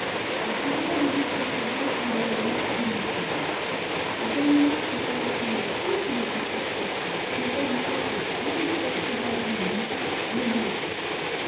le souvenir des luttes précédentes rendait la lutte inutile et ganimard qui se rappelait toutes les défaites passées ses vaines attaques les ripostes foudroyantes de lupin ne bougeait pas